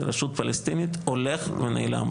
הוא הולך ונעלם.